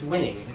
winning.